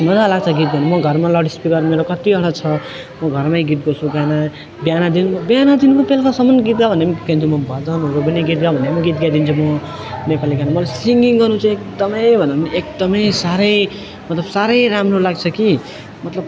मजा लाग्छ गीत गाउनु म घरमा लाउड स्पिकर मेरो कत्तिवटा छ म घरमै गीत गाउँछु बिहान बिहानदेखिको बिहानदेखिको बेलुकासम्म गीत गा भन्यो भने पनि गीत गाइदिन्छु म भजनहरू पनि गीत गा भन्यो भने गीत गाइदिन्छु म नेपाली गाना म सिङगिङ गर्नु चाहिँ एकदमै भन्दा पनि नि एकदमै साह्रै मतलब साह्रै राम्रो लाग्छ कि मतलब